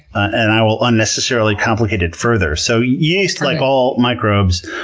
and i will unnecessarily complicate it further! so yeast, like all microbes,